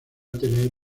tener